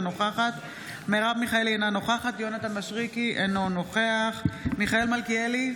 אינה נוכחת מרב מיכאלי,